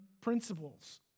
principles